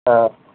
ହଁ